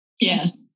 Yes